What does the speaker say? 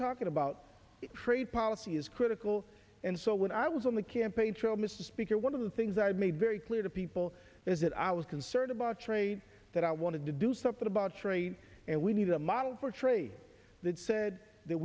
talking about trade policy is critical and so when i was on the campaign trail mr speaker one of the things i made very clear to people is that i was concerned about trade that i wanted to do something about free and we need a model for trade that said that